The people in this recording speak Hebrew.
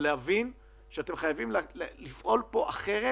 כדי להבין שאתם חייבים לפעול פה אחרת